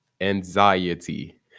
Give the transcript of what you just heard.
anxiety